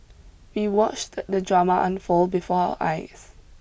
we watched the drama unfold before our eyes